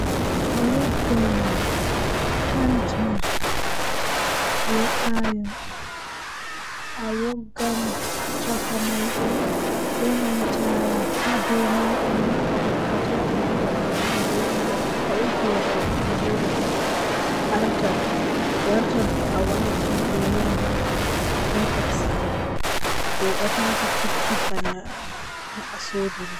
Haa less ndiyan mi wawan mi joga pofde am jei minti dido minti didi laatan cappan e jweego jweego gud didi laata temerre e nogas sekan temmere e nogas.